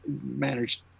managed